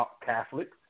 Catholics